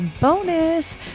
bonus